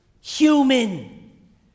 human